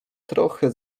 trochę